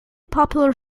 popular